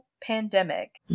pandemic